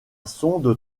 sonde